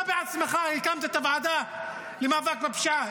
אתה בעצמך הקמת את הוועדה למאבק בפשיעה,